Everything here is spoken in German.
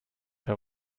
herr